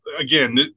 again